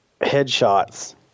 headshots